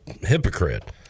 hypocrite